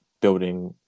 building